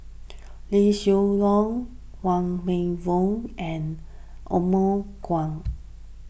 Liew Geok Leong Wong Meng Voon and Othman Wok